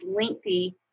lengthy